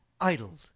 idled